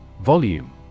Volume